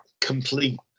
complete